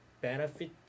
benefit